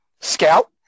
scout